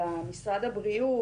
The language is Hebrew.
אלא משרד הבריאות,